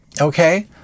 okay